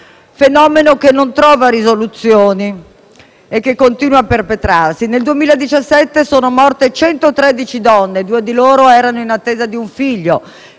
fenomeno non trova risoluzione e continua a perpetrarsi. Nel 2017 sono morte 113 donne, due di loro erano in attesa di un figlio,